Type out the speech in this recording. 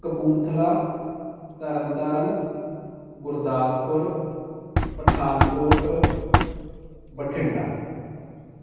Kapurthala Tarn Taran Gurdaspur Pathankot Bathinda